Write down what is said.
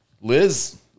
Liz